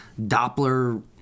Doppler